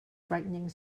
frightening